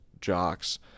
jocks